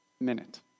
minute